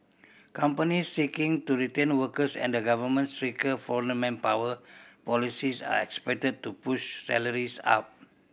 companies seeking to retain workers and the government's stricter foreign manpower policies are expected to push salaries up